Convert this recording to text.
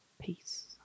peace